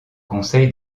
conseil